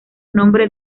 nombre